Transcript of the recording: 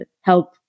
help